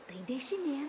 tai dešinėn